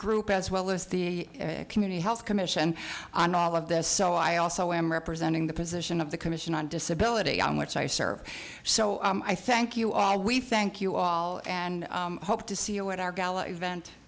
group as well as the community health commission on all of this so i also am representing the position of the commission on disability on which i serve so i thank you all we thank you all and i hope to see what our gal